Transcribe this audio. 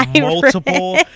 multiple